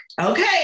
okay